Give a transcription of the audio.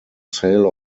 sale